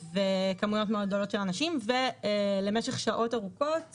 וכמויות מאוד גדולות של אנשים למשך שעות ארוכות